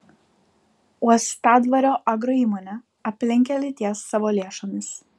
uostadvario agroįmonė aplinkkelį ties savo lėšomis